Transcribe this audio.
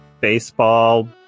Baseball